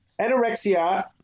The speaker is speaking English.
Anorexia